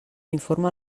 informa